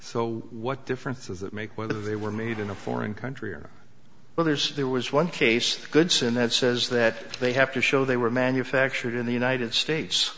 so what difference does it make whether they were made in a foreign country or well there's there was one case goodson that says that they have to show they were manufactured in the united states